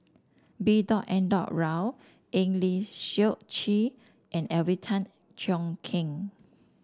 B dot N dot Rao Eng Lee Seok Chee and Alvin Tan Cheong Kheng